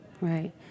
Right